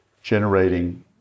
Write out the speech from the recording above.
generating